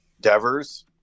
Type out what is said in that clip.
Devers